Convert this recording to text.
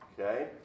Okay